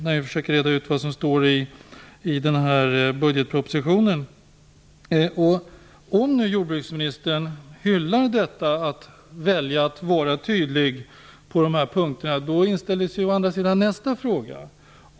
Nu försöker vi reda ut vad som står i den här budgetpropositionen. Om nu jordbruksministern hyllar detta att välja att vara tydlig på dessa punkter inställer sig å andra sidan nästa fråga.